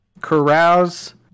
carouse